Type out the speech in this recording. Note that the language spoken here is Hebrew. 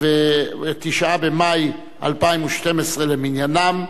9 במאי 2012 למניינם,